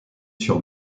sur